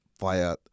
via